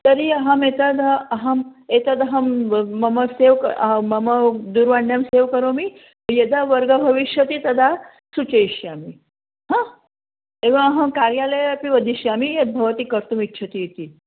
तर्हि अहम् एतद् अहम् एतदहं मम सेव् मम दूरवाण्यां सेव् करोमि यदा वर्गः भविष्यति तदा सूचयिष्यामि हा एवाहं कार्यालये अपि वदिष्यामि यद् भवती कर्तुमिच्छतीति